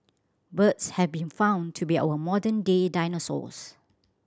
birds have been found to be our modern day dinosaurs